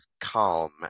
calm